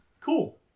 cool